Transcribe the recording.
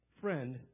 Friend